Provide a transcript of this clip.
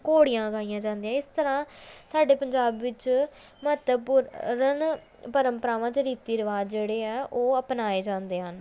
ਘੋੜੀਆਂ ਗਾਈਆਂ ਜਾਂਦੀਆਂ ਹੈ ਇਸ ਤਰ੍ਹਾਂ ਸਾਡੇ ਪੰਜਾਬ ਵਿੱਚ ਮਹੱਤਵਪੂਰਨ ਪ੍ਰੰਪਰਾਵਾਂ ਅਤੇ ਰੀਤੀ ਰਿਵਾਜ ਜਿਹੜੇ ਹੈ ਉਹ ਅਪਣਾਏ ਜਾਂਦੇ ਹਨ